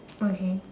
okay